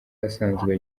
asanzwe